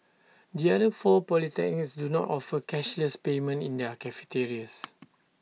the other four polytechnics do not offer cashless payment in their cafeterias